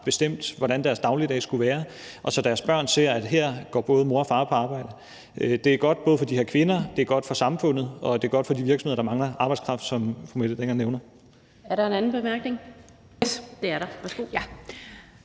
bestemt, hvordan deres dagligdag skal være – og så deres børn ser, at her går både mor og far på arbejde. Det er både godt for de her kvinder, det er godt for samfundet, og det er godt for de virksomheder, der mangler arbejdskraft, som fru Mette Hjermind Dencker nævner. Kl. 11:39 Den fg.